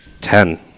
Ten